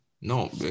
no